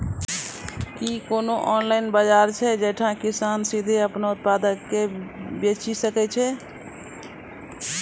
कि कोनो ऑनलाइन बजार छै जैठां किसान सीधे अपनो उत्पादो के बेची सकै छै?